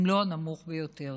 אם לא הנמוך ביותר.